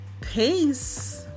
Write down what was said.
Peace